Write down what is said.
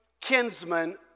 kinsman